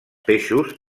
peixos